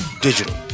Digital